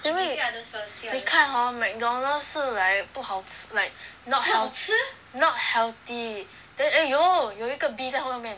因为你看 hor McDonald's 是 like 不好吃 like not healt~ not healthy then !aiyo! 有一个 bee >在后面:zai hou mian